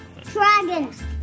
Dragons